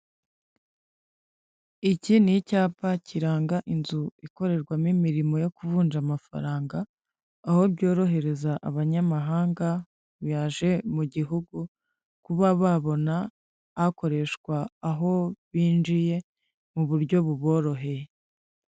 Iki ni icyapa kiranga inzu ikorerwamo imirimo yo kuvunja amafaranga, aho byorohereza abanyamahanga baje mu gihugu kuba babona akoreshwa aho binjiye mu buryo buboroheye.